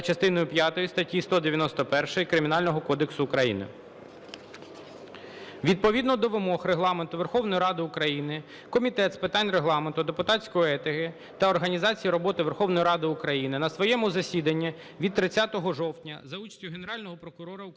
частиною п'ятою статті 191 Кримінального кодексу України. Відповідно до вимог Регламенту Верховної Ради України Комітет з питань Регламенту, депутатської етики та організації роботи Верховної Ради України на своєму засіданні від 30 жовтня за участю Генерального прокурора України